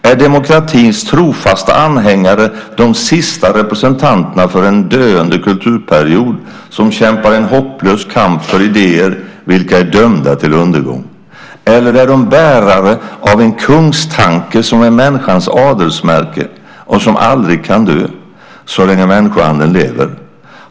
Är demokratins trofasta anhängare de sista representanterna för en döende kulturperiod, som kämpar en hopplös kamp för idéer, vilka är dömda till undergång? Eller är de bärare av en kungstanke, som är människans adelsmärke och som aldrig kan dö, så länge människoanden lever?